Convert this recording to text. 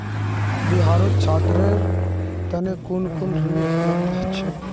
बिहारत छात्रेर तने कुन कुन ऋण उपलब्ध छे